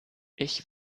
ich